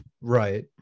right